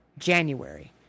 january